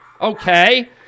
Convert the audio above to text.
Okay